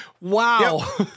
Wow